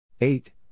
Eight